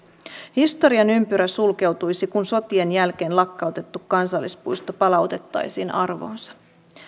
historian ympyrä sulkeutuisi kun sotien jälkeen lakkautettu kansallispuisto palautettaisiin arvoonsa